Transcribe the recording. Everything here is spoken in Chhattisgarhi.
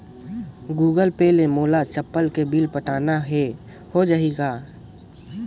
गूगल पे ले मोल चपला के बिल पटाना हे, हो जाही का?